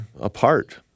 apart